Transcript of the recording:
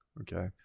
Okay